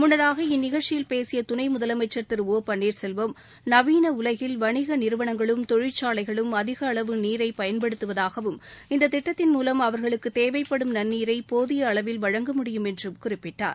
முன்னதாக இந்நிகழ்ச்சியில் பேசியதுணைமுதலமைச்சர் திரு ஓ பன்ளீர்செல்வம் நவீனஉலகில் வணிகநிறுவனங்களும் தொழிற்சாலைகளும் அதிகஅளவு நீரைபயன்படுத்துவதாகவும் இந்ததிட்டத்தின் மூலம் அவர்களுக்குதேவைப்படும் நன்னீரைபோதியஅளவில் வழங்க முடியும் என்றும் குறிப்பிட்டார்